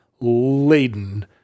laden